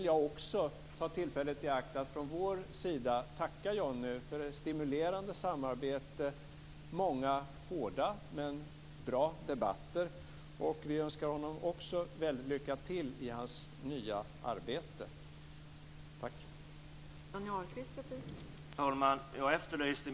Jag vill ta tillfället i akt att från vår sida tacka Johnny Ahlqvist för ett stimulerande samarbete och många hårda men bra debatter. Vi önskar honom också lycka till i hans nya arbete. Tack!